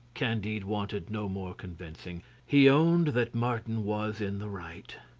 candide wanted no more convincing he owned that martin was in the right.